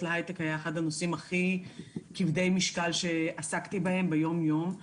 להייטק היה אחד הנושאים הכי כבדי משקל שעסקתי בהם ביום-יום.